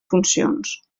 funcions